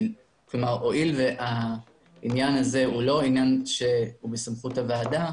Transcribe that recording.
הואיל והעניין הזה הוא לא עניין שהוא בסמכות הוועדה,